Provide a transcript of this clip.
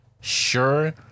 sure